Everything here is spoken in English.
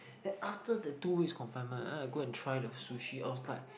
then after the two weeks confinement then I go and try the sushi outside